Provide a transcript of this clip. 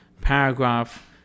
paragraph